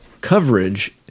coverage